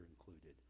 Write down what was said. included